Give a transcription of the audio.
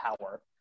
power